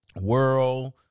world